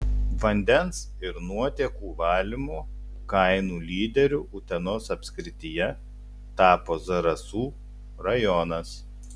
vandens ir nuotėkų valymo kainų lyderiu utenos apskrityje tapo zarasų rajonas